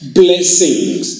blessings